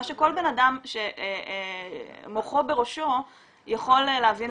מה שכל בן אדם שמוחו בראשו יכול להבין,